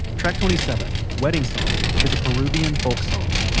track twenty seven, wedding song, is a peruvian folk song.